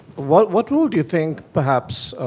what what role do you think, perhaps,